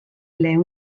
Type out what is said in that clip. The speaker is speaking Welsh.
liw